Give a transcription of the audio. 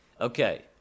Okay